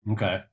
Okay